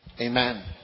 Amen